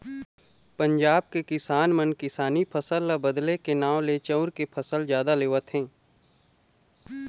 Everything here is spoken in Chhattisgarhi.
पंजाब के किसान मन किसानी फसल ल बदले के नांव ले चाँउर के फसल जादा लेवत हे